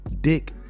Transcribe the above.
dick